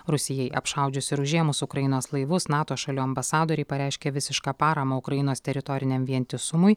rusijai apšaudžius ir užėmus ukrainos laivus nato šalių ambasadoriai pareiškė visišką paramą ukrainos teritoriniam vientisumui